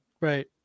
Right